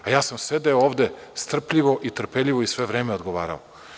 A ja sam sedeo ovde strpljivo i trpeljivo i sve vreme odgovarao.